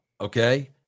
Okay